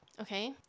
Okay